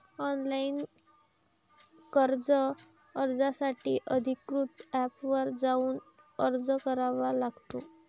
online कर्ज अर्जासाठी अधिकृत एपवर जाऊन अर्ज करावा लागतो